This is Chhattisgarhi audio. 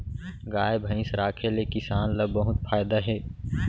गाय भईंस राखे ले किसान ल बहुत फायदा हे